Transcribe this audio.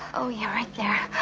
oh yeah right there,